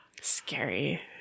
scary